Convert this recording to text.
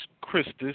Christus